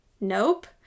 nope